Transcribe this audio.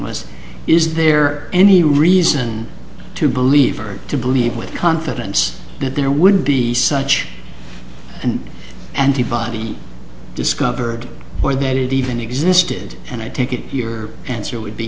us is there any reason to believe or to believe with confidence that there would be such an antibody discovered or that it even existed and i take it you answer would be